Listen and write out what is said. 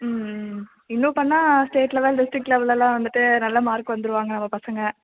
ம் ம் ம் இன்னும் பண்ணால் ஸ்டேட் லெவல் டிஸ்ட்ரிக் லெவல்லலாம் வந்துவிட்டு நல்ல மார்க் வந்துடுவாங்க நம்ம பசங்க